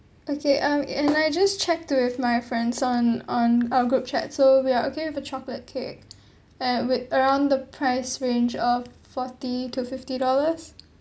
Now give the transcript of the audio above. okay um and I just checked with my friends on on our group chat so we are okay with a chocolate cake and with around the price range of forty to fifty dollars